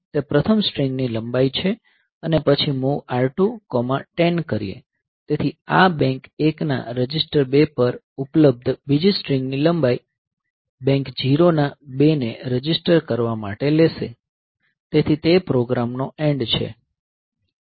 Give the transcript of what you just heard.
તે પ્રથમ સ્ટ્રિંગની લંબાઈ છે અને પછી MOV R210 કરીએ તેથી આ બેંક 1 ના રજિસ્ટર 2 પર ઉપલબ્ધ બીજી સ્ટ્રિંગની લંબાઈને બેંક 0 ના 2 ને રજીસ્ટર કરવા માટે લેશે તેથી તે પ્રોગ્રામનો એન્ડ છે